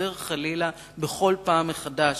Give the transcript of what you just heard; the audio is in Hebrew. וחוזר חלילה בכל פעם מחדש.